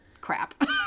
crap